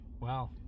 Wow